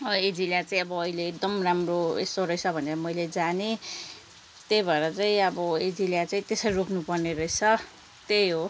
azalea चाहिँ अब अहिले एकदम राम्रो यसो रहेछ भनेर मैले जानेँ त्यही भएर चाहिँ अब एजिलिया चाहिँ त्यसरी रोप्नुपर्ने रहेछ त्यही हो